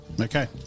Okay